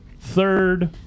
third